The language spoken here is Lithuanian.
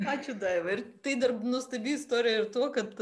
ačiū daiva ir tai dar nuostabi istorija ir tuo kad